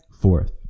Fourth